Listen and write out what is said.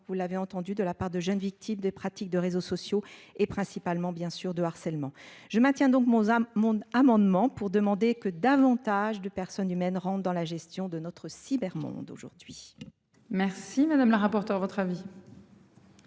vous l'avez entendu de la part de jeunes victimes des pratiques de réseaux sociaux, et principalement bien sûr de harcèlement je maintiens donc Monza mon amendement pour demander que davantage de personnes humaines rentre dans la gestion de notre cybermonde aujourd'hui. Merci madame la rapporteure votre avis.